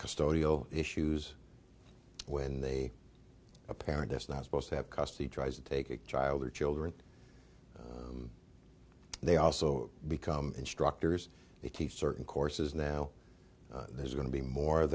custodial issues when they a parent is not supposed to have custody tries to take a child or children they also become instructors they teach certain courses now there's going to be more of